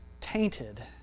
tainted